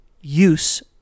use